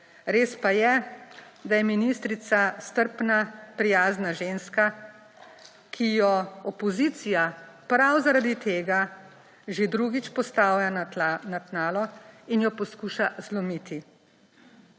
res pa je, da je ministrica strpna, prijazna ženska, ki jo opozicija prav zaradi tega že drugič postavlja na tnalo in jo poskuša zlomiti.